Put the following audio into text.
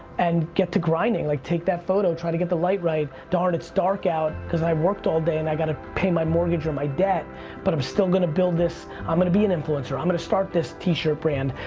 and get to grinding like take that photo, try to get the light right, darn, it's dark out cause i worked all day and i gotta pay my mortgage or my debt but i'm still gonna build this, i'm gonna be an influencer, i'm gonna start this t-shirt brand,